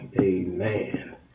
Amen